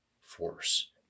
force